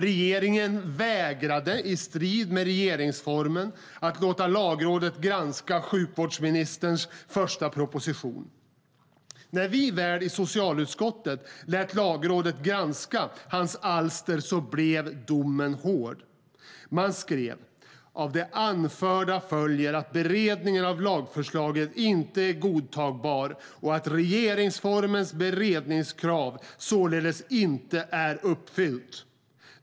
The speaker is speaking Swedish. Regeringen vägrade, i strid med regeringsformen, att låta Lagrådet granska sjukvårdsministerns första proposition. När vi i socialutskottet lät Lagrådet granska ministerns alster blev domen hård. Lagrådet ansåg att av det anförda följer att beredningen av lagförslaget inte är godtagbar och att regeringsformens beredningskrav således inte är uppfyllt.